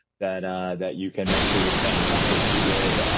that that you can make sure you're staying up to date with,